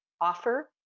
offer